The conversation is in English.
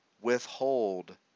withhold